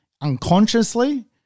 unconsciously